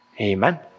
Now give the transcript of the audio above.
Amen